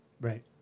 Right